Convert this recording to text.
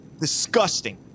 Disgusting